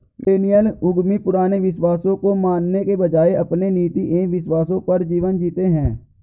millennial उद्यमी पुराने विश्वासों को मानने के बजाय अपने नीति एंव विश्वासों पर जीवन जीते हैं